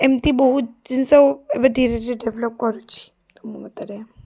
ଏମତି ବହୁତ ଜିନିଷ ଏବେ ଧୀରେ ଧୀରେ ଡେଭଲପ୍ କରୁଛି ମୋ ମତରେ